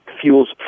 fuels